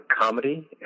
comedy